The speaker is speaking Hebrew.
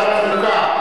אין נמנעים.